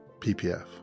ppf